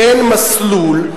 תן מסלול,